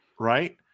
right